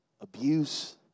abuse